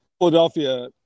Philadelphia